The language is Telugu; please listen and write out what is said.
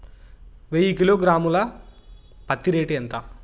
వెయ్యి కిలోగ్రాము ల పత్తి రేటు ఎంత?